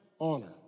honor